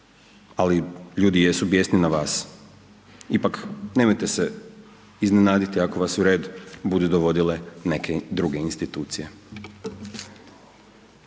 ali ljudi jesu bjesni na vas. Ipak nemojte se iznenaditi ako vas u red budu dovodile neke druge institucije.